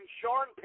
Sean